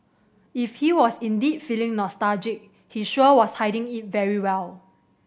if he was indeed feeling nostalgic he sure was hiding it very well